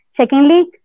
Secondly